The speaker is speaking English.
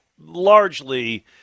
largely